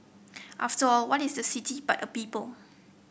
after all what is the city but a people